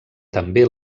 també